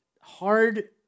hard